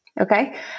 Okay